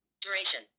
duration